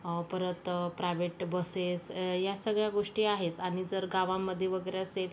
परत private buses या सगळ्या गोष्टी आहेस आणि जर गावामध्ये वगैरे असेल